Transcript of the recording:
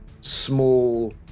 small